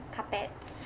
carpets